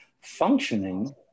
functioning